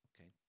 Okay